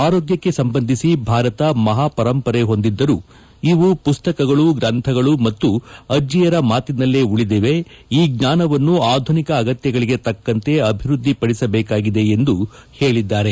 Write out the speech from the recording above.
ಆರೋಗ್ಯಕ್ಕೆ ಸಂಬಂಧಿಸಿ ಭಾರತ ಮಹಾಪರಂಪರೆ ಹೊಂದಿದ್ದರೂ ಇವು ಪುಸ್ತಕಗಳು ಗ್ರಂಥಗಳು ಮತ್ತು ಅಜ್ಜಿಯರ ಮಾತಿನಲ್ಲೇ ಉಳಿದಿವೆ ಈ ಜ್ಞಾನವನ್ನು ಆಧುನಿಕ ಅಗತ್ಯತೆಗಳಿಗೆ ತಕ್ಕಂತೆ ಅಭಿವೃದ್ದಿ ಪಡಿಸಬೇಕಾಗಿದೆ ಎಂದು ಹೇಳಿದ್ದಾರೆ